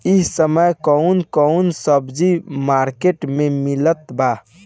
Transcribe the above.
इह समय कउन कउन सब्जी मर्केट में मिलत बा?